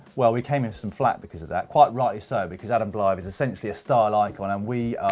well we came into some flack because of that, quite rightly so, because adam blythe was essentially a star like, and um we